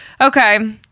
okay